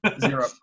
Zero